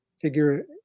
figure